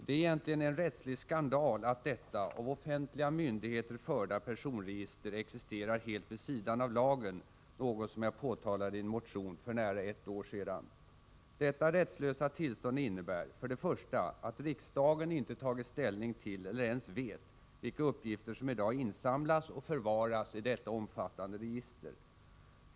Det är egentligen en rättslig skandal att detta, av offentliga myndigheter förda, personregister existerar helt vid sidan av lagen, något som jag påtalade i en motion för nära ett år sedan. Detta rättslösa tillstånd innebär — för det första — att riksdagen inte tagit ställning till eller ens vet vilka uppgifter som i dag insamlas och förvaras i detta omfattande register.